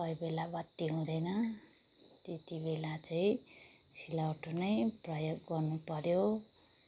कोही बेला बत्ती हुँदैन त्यति बेला चाहिँ सिलौटो नै प्रयोग गर्नुपऱ्यो